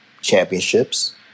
championships